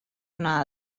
una